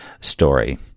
story